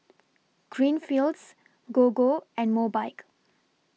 Greenfields Gogo and Mobike